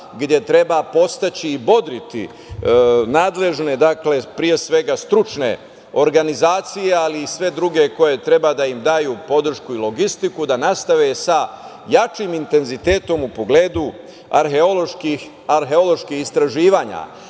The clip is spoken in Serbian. gde treba podstaći i bodriti nadležne, pre svega stručne organizacije, ali i sve druge koje treba da im daju podršku i logistiku da nastave sa jačim intenzitetom u pogledu arheoloških istraživanja. Kažem,